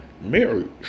marriage